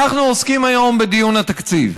אנחנו עוסקים היום בדיון התקציב,